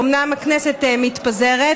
אומנם הכנסת מתפזרת,